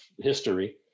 history